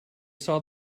saw